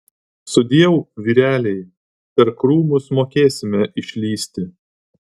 sudieu vyreliai per krūmus mokėsime išlįsti